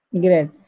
Great